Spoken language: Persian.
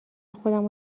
خودمو